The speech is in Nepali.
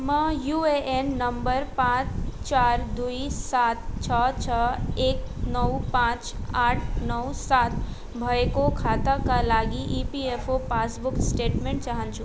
म युएएन नम्बर पाँच चार दुई सात छ छ एक नौ पाँच आठ नौ सात भएको खाताका लागि इपिएफओ पासबुक स्टेटमेन्ट चाहन्छु